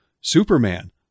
Superman